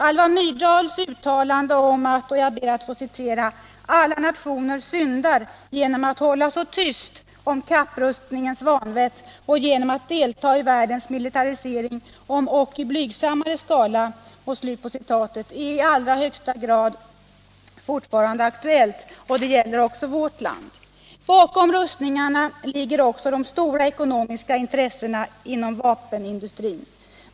Alva Myrdals uttalande om att ”alla nationer syndar genom att hålla så tyst om kapprustningens vanvett och genom att delta i världens militarisering om ock i blygsammare skala” är i allra högsta grad fortfarande aktuellt och gäller också vårt land. Bakom rustningarna ligger också de stora ekonomiska intressena inom vapenindustrin.